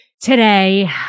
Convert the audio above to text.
today